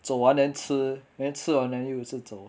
走完 then 吃 then 吃了 then 又是走